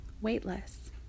weightless